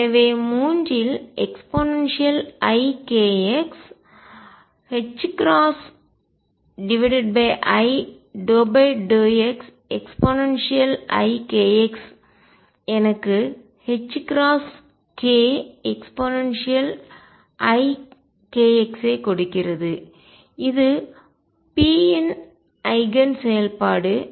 எனவே மூன்றில் eikx i∂x eikx எனக்கு ℏk eikx ஐ கொடுக்கிறது இது p இன் ஐகன் செயல்பாடு